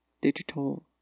digital